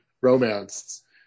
romance